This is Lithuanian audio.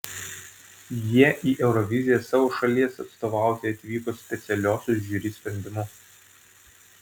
jie į euroviziją savo šalies atstovauti atvyko specialios žiuri sprendimu